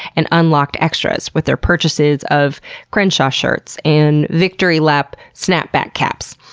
and unlocked extras with their purchases of crenshaw shirts and victory lap snapback caps.